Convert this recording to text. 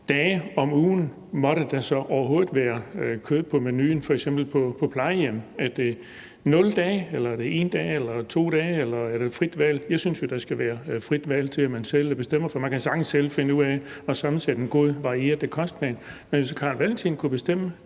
dage om ugen måtte der så overhovedet være kød på menuen, f.eks. på plejehjem? Ville det så være 0 dage, 1 dag eller 2 dage, eller skulle der være frit valg? Jeg synes jo, der skal være frit valg, sådan at man selv bestemmer, for man kan sagtens selv finde ud af at sammensætte en god, varieret kostplan. Men hvis hr. Carl Valentin kunne bestemme,